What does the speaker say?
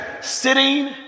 sitting